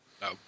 no